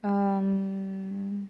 um